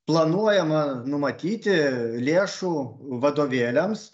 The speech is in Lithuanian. planuojama numatyti lėšų vadovėliams